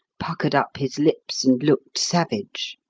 puckered up his lips and looked savage.